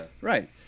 Right